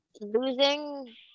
losing